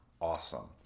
Awesome